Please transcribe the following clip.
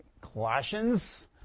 Colossians